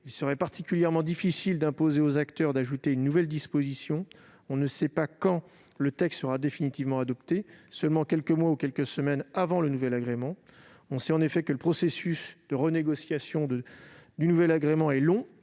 Il serait particulièrement difficile d'imposer aux acteurs d'ajouter une nouvelle disposition. Nous ignorons, en effet, quand le texte sera définitivement adopté : seulement quelques mois ou quelques semaines avant le nouvel agrément. En outre, le processus de renégociation du nouvel agrément est long